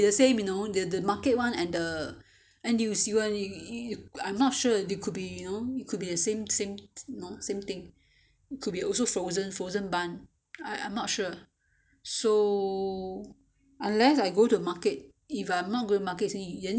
N_T_U_C [one] yo~ you~ I'm not sure it could be you know it could be the sam~ same thing could be also frozen bun I'm not sure so unless I go to market if I'm not going market then you have to buy from the N_T_U_C ya